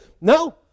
No